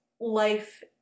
life